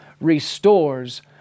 restores